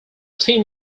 team